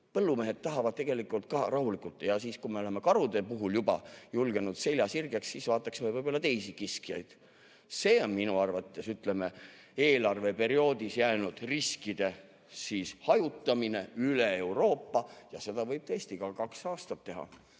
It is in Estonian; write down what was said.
Põllumehed tahavad tegelikult ka rahulikult [elada]. Ja siis, kui me oleme karude puhul juba julgenud selja sirgeks [ajada], siis vaataksime võib-olla teisi kiskjaid. See on minu arvates, ütleme, eelarveperioodis jäänud riskide hajutamine üle Euroopa ja seda võib tõesti ka kaks aastat teha: